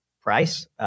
price